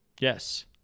Yes